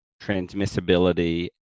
transmissibility